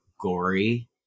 gory